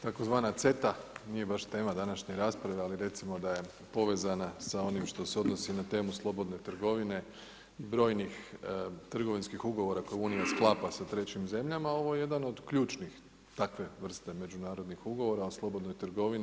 Tzv. CETA nije baš tema današnje rasprave, ali recimo da je povezana sa onim što se odnosi na temu slobodne trgovine i brojnih trgovinskim ugovora koje Unija sklapa sa trećim zemljama, ovo je jedna od ključnih, takve vrste međunarodnih ugovora o slobodnoj trgovini.